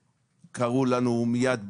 קראו לנו, מיד באנו,